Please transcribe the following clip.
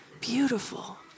Beautiful